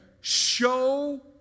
show